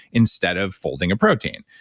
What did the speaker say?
instead of folding a protein.